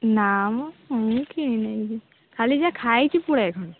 ନା ମ ମୁଁ କିଣିନି ଖାଲି ଯାହା ଖାଇଛି ପୁଳାଏ ଖଣ୍ଡେ